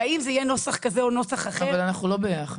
והאם זה יהיה נוסח כזה או נוסח אחר -- אבל אנחנו לא ביחד.